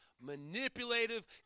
manipulative